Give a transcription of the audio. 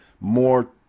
more